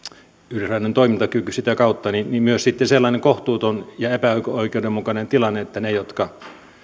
yleisradion toimintakyky sitä kautta myös sitten oli sellainen kohtuuton ja epäoikeudenmukainen tilanne että ne jotka